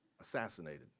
assassinated